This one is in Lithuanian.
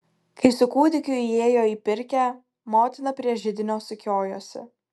kai su kūdikiu įėjo į pirkią motina prie židinio sukiojosi